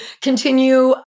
continue